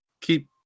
keep